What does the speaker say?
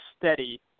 steady